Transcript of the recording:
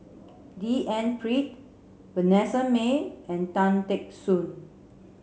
D N Pritt Vanessa Mae and Tan Teck Soon